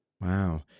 Wow